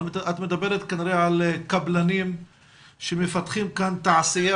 אבל את מדברת כנראה על קבלנים שמפתחים כאן תעשייה.